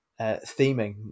theming